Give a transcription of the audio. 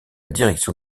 direction